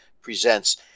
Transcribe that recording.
presents